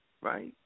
Right